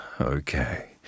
Okay